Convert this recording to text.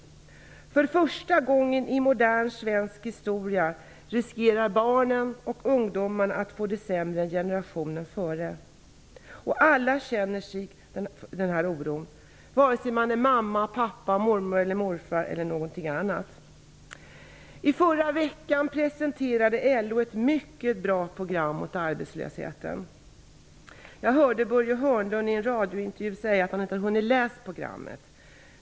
För första gången i modern svensk historia riskerar barnen och ungdomarna att få det sämre än tidigare generation. Alla känner oro -- vare sig man är mamma eller pappa, mormor eller morfar osv. Förra veckan presenterade LO ett mycket bra program mot arbeslösheten. Jag hörde Börje Hörnlund i en radiointervju säga att han inte hade hunnit läsa programmet.